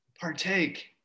partake